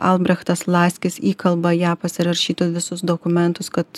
albrechtas laskis įkalba ją pasirašyti visus dokumentus kad